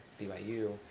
BYU